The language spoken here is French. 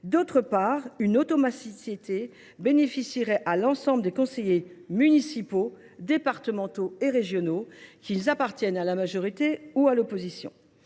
D’autre part, cette automaticité bénéficierait à l’ensemble des conseillers municipaux, départementaux et régionaux, qu’ils appartiennent à la majorité ou à l’opposition.